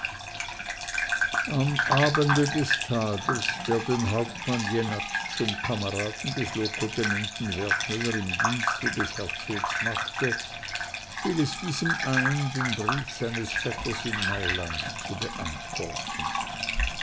am abende des tages der den hauptmann jenatsch zum kameraden des locotenenten wertmüller im dienste des herzogs machte fiel es diesem ein den brief seines vetters in mailand zu beantworten